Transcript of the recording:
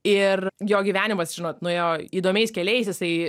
ir jo gyvenimas žinot nuėjo įdomiais keliais jisai